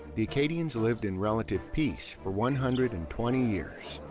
the acadians lived in relative peace for one hundred and twenty years,